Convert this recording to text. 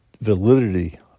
validity